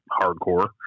hardcore